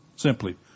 Simply